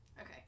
okay